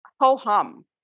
ho-hum